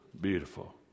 beautiful